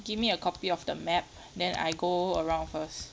give me a copy of the map then I go around first